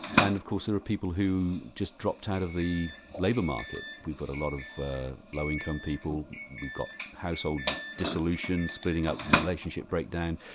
and of course there are people who just dropped out of the labour market. we've got a lot of low income people, we've got household dissolution, splitting up, relationship breakdown,